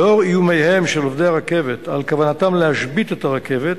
לנוכח איומיהם של עובדי הרכבת על כוונתם להשבית את הרכבת,